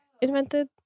invented